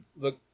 look